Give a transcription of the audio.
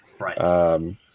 Right